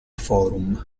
forum